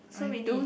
so many